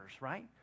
right